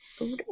Okay